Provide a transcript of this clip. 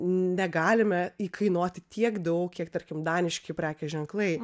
negalime įkainuoti tiek daug kiek tarkim daniški prekės ženklai